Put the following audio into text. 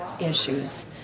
issues